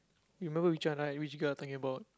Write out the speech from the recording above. you remember which one right which girl I talking about